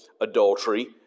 adultery